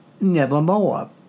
nevermore